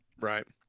right